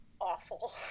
awful